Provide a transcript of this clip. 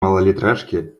малолитражке